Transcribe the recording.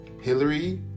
Hillary